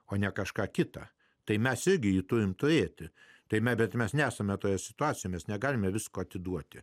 o ne kažką kita tai mes irgi turime turėti tame bet mes nesame toje situacijomis negalime visko atiduoti